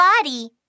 body